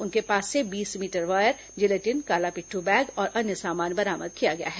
उनके पास से बीस मीटर वायर जिलेटिन काला पिट्ढू बैग और अन्य सामान बरामद किया गया है